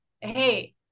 hey